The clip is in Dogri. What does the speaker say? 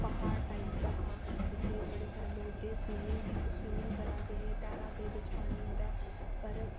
प्हाड़ टाइप दा हा जित्थै बड़े सारे लोक जेह्ड़े स्विमिंग बी स्विमिंग करा दे हे तैरा दे बिच पानियै दे पर